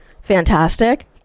fantastic